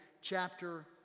chapter